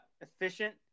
efficient